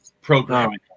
programming